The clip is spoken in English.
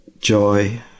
joy